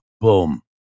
Boom